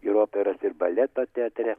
ir operas ir baleto teatre